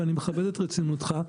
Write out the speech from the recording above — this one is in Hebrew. ואני מכבד את רצינותך,